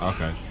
Okay